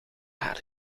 haar